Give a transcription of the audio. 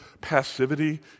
passivity